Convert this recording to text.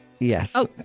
Yes